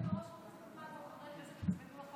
כאשר אתם חושבים שאנחנו נתעייף מכם